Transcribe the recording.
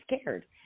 scared